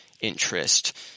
interest